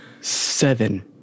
Seven